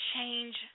change